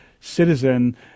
citizen